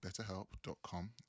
BetterHelp.com